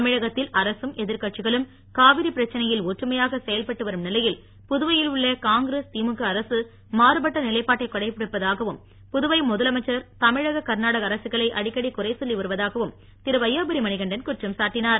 தமிழகத்தில் அரசும் எதிர்கட்சிகளும் காவிரி பிரச்சனையில் ஒற்றுமையாக செயல்பட்டு வரும் நிலையில் புதுவையில் உள்ள காங்கிரஸ் திமுக அரசு மாறுபட்ட நிலைபாட்டை கடைபிடிப்பதாகவும் புதுவை முதலமைச்சர் தமிழக கர்நாடக அரசுகளை அடிக்கடி குறை சொல்லி வருவதாகவும் திருவையாபுரி மணிகண்டன் குற்றம் சாட்டினார்